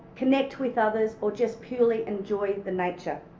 connect with others or just purely enjoy the nature.